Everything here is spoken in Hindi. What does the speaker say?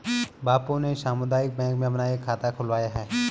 बाबू ने सामुदायिक बैंक में अपना एक खाता खुलवाया है